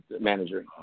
manager